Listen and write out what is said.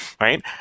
right